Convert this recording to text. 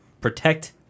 protect